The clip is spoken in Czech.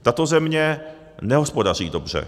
Tato země nehospodaří dobře.